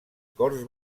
corts